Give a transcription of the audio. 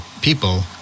people